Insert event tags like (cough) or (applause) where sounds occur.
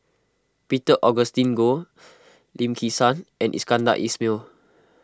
Peter Augustine Goh (noise) Lim Kim San and Iskandar Ismail